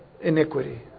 iniquity